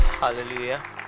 Hallelujah